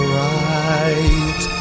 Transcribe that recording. right